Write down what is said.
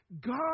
God